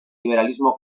liberalismo